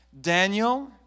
Daniel